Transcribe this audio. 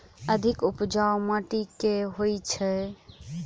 अधिक उपजाउ माटि केँ होइ छै?